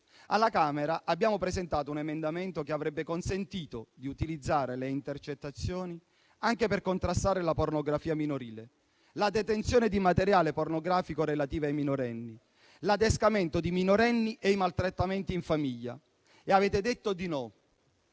deputati abbiamo presentato un emendamento che avrebbe consentito di utilizzare le intercettazioni anche per contrastare la pornografia minorile, la detenzione di materiale pornografico relativo ai minorenni, l'adescamento di minorenni e i maltrattamenti in famiglia, ma avete detto di no,